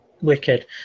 Wicked